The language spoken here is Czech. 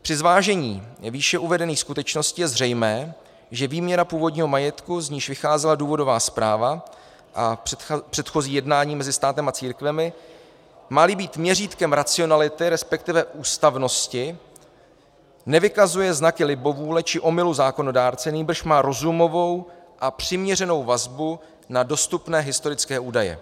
Při zvážení výše uvedených skutečností je zřejmé, že výměra původního majetku, z níž vycházela důvodová zpráva, a předchozí jednání mezi státem a církvemi, máli být měřítkem racionality, resp. ústavnosti, nevykazuje znaky libovůle či omylu zákonodárce, nýbrž má rozumovou a přiměřenou vazbu na dostupné historické údaje.